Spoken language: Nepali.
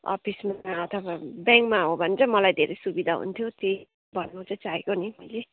अफिसमा अथवा ब्याङ्कमा हो भने चाहिँ मलाई धेरै सुविधा हुन्थ्यो त्यही भन्नु चाहिँ चाहेको नि मैले